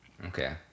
Okay